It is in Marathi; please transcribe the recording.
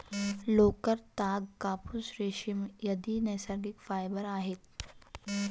लोकर, ताग, कापूस, रेशीम, आदि नैसर्गिक फायबर आहेत